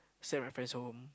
send my friends home